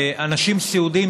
לאנשים סיעודיים,